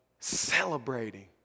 celebrating